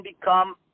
become